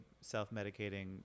self-medicating